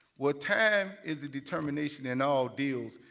well time is a determination in all deals.